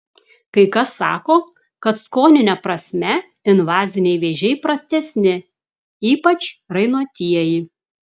kai kas sako kad skonine prasme invaziniai vėžiai prastesni ypač rainuotieji